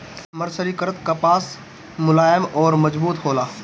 मर्सरीकृत कपास मुलायम अउर मजबूत होला